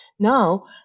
Now